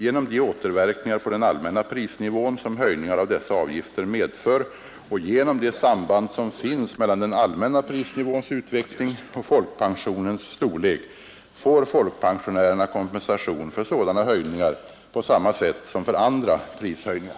Genom de återverkningar på den allmänna prisnivån, som höjningar av dessa avgifter medför, och genom det samband som finns mellan den allmänna prisnivåns utveckling och folkpensionens storlek får folkpensionärerna kompensation för sådana höjningar på samma sätt som för andra prishöjningar.